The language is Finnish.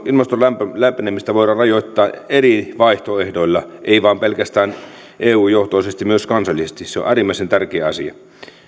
ilmaston lämpenemistä voidaan rajoittaa eri vaihtoehdoilla ei vain pelkästään eu johtoisesti vaan myös kansallisesti se on äärimmäisen tärkeä asia